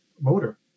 motor